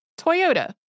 Toyota